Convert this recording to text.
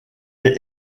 est